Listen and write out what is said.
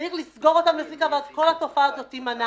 צריך לסגור אותן לסליקה ואז כל התופעה הזאת תימנע.